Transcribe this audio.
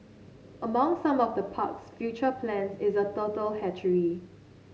among some of the park's future plans is a turtle hatchery